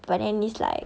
but then it's like